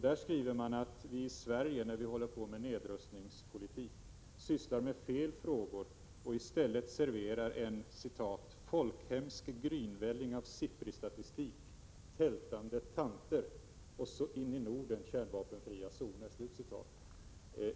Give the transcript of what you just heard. Där skriver man att vi i Sverige, när vi håller på med nedrustningspolitik, sysslar med fel frågor och i stället serverar en ”folkhemsk grynvälling av SIPRI-statistik, tältande tanter och så in i Norden kärnvapenfria zoner”.